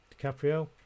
DiCaprio